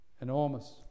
Enormous